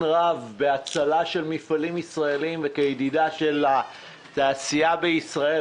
רב בהצלה של מפעלים ישראלים וכידידה של התעשייה בישראל.